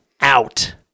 out